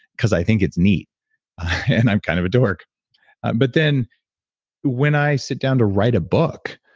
because i think it's neat and i'm kind of a dork but then when i sit down to write a book,